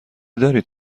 دارید